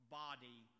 body